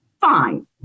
fine